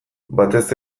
batez